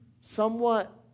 somewhat